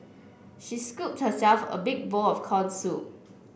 she scooped herself a big bowl of corns soup